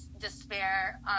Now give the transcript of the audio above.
despair